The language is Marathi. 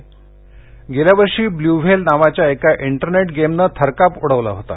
मोमो गेल्या वर्षी ब्लू व्हेल नावाच्या एका इंटरनेट गेमनं थरकाप उडवला होता